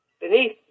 beneath